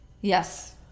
Yes